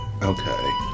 Okay